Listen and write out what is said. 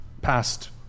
past